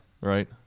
right